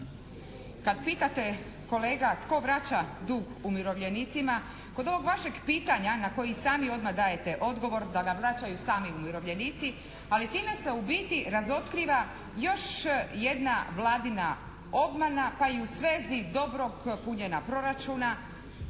Kad pitate kolega tko vraća dug umirovljenicima, kod ovog vašeg pitanja na koji sami odmah dajete odgovor da ga vraćaju sami umirovljenici ali time se u biti razotkriva još jedna Vladina obmana pa i u svezi dobrog punjenja proračuna